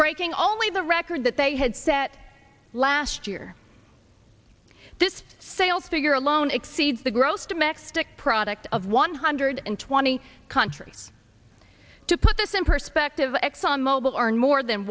breaking only the record that they had set last year this sales figure alone exceeds the gross domestic product of one hundred and twenty countries to put this in perspective exxon mobil are in more than